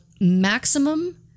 Maximum